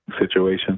situation